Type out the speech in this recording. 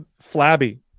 flabby